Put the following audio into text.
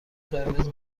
قرمز